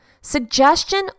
Suggestion